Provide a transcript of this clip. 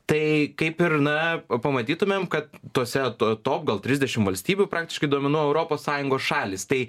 tai kaip ir na o pamatytumėm kad tose tu top gal trisdešim valstybių praktiškai dominuoja europos sąjungos šalys tai